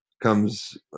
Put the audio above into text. comes